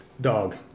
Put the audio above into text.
Dog